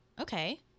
okay